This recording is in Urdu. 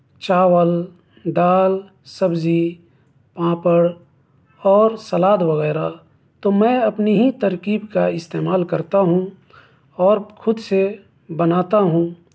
چاول دال سبزی پاپڑ اور سلاد وغیرہ تو میں اپنے ہی ترکیب کا استعمال کرتا ہوں اور خود سے بناتا ہوں